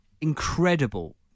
incredible